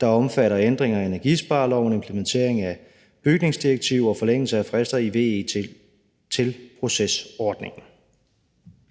der omfatter ændringer af energispareloven, implementering af bygningsdirektivet og forlængelse af frister i VE til procesordningen.